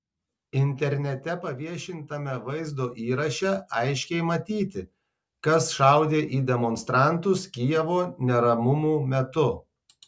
internete paviešintame vaizdo įraše aiškiai matyti kas šaudė į demonstrantus kijevo neramumų metu